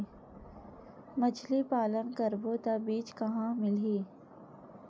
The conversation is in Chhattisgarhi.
मछरी पालन करबो त बीज कहां मिलही?